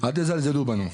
אל תזלזלו בנו.